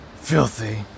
Filthy